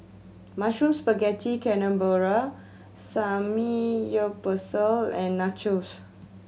Mushroom Spaghetti Carbonara Samgyeopsal and Nachos